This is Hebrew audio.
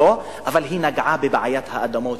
אבל היא נגעה בבעיית האדמות,